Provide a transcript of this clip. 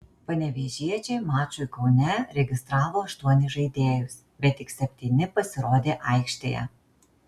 panevėžiečiai mačui kaune registravo aštuonis žaidėjus bet tik septyni pasirodė aikštėje